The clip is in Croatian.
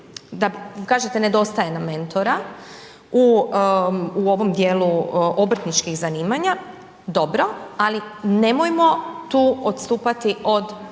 da kažete nedostaje nam mentora u ovom dijelu obrtničkih zanimanja, dobro, ali nemojmo tu odstupati od